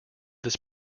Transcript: this